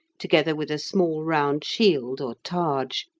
together with a small round shield or targe,